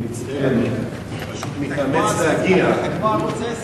אדוני היושב-ראש, חברי הכנסת,